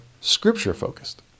scripture-focused